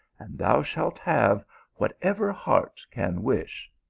and thou shalt have whatever heart can wish.